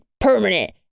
permanent